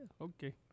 okay